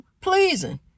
pleasing